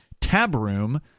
Tabroom